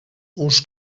uns